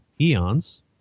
Eons